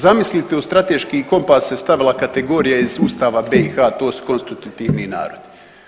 Zamislite u strateški kompas se stavila kategorija iz Ustava BiH, to su konstitutivni narodi.